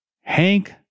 Hank